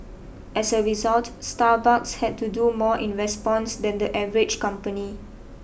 as a result Starbucks had to do more in response than the average company